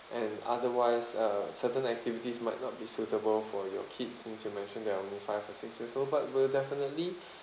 and otherwise uh certain activities might not be suitable for your kids since you mentioned they are only five or six years old but we'll definitely